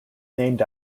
named